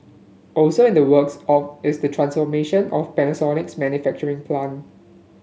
also in the works is the transformation of Panasonic's manufacturing plant